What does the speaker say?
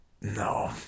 No